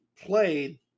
played